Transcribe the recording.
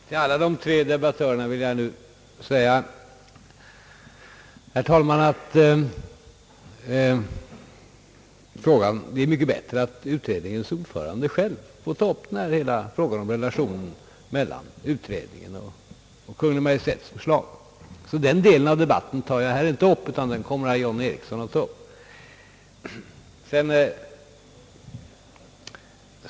Herr talman! Till alla tre debattörerna vill jag nu säga att det är mycket bättre att utredningens ordförande själv får ta upp hela frågan om relationen mellan utredningen och Kungl. Maj:ts förslag. Den delen av debatten tar jag inte upp, utan det kommer herr John Ericsson att göra.